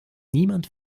niemand